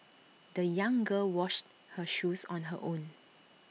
the young girl washed her shoes on her own